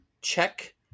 check